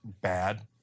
bad